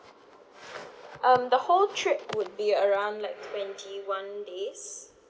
um the whole trip would be around like twenty one days